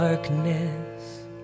darkness